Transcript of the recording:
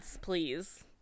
please